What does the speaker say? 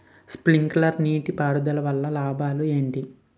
Sprinkler నీటిపారుదల వల్ల లాభాలు ఏంటి?